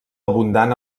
abundant